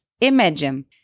Imagine